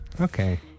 Okay